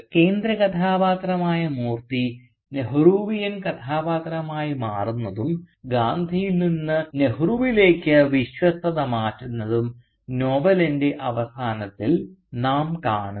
കേന്ദ്ര കഥാപാത്രമായ മൂർത്തി നെഹ്റുവിയൻ കഥാപാത്രമായി മാറുന്നതും ഗാന്ധിയിൽ നിന്ന് നെഹ്റുവിലേക്ക് വിശ്വസ്തത മാറ്റുന്നതും നോവലിൻറെ അവസാനത്തിൽ നാം കാണുന്നു